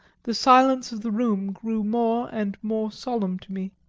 the silence of the room grew more and more solemn to me.